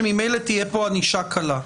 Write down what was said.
שממילא תהיה פה ענישה קלה.